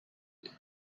this